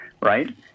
right